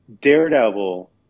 Daredevil